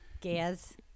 gas